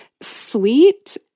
sweet